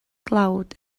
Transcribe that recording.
dlawd